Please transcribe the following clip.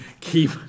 keep